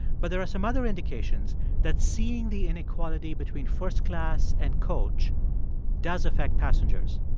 but there are some other indications that seeing the inequality between first class and coach does affect passengers.